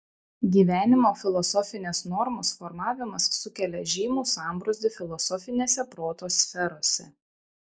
gyvenimo filosofinės normos formavimas sukelia žymų sambrūzdį filosofinėse proto sferose